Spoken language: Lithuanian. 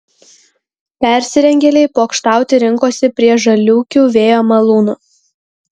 persirengėliai pokštauti rinkosi prie žaliūkių vėjo malūno